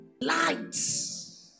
Lights